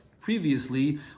previously